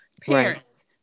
parents